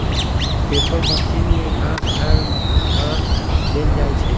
paper machine में घास झाड़ ध देल जाइ छइ